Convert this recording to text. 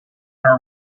our